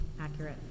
accurate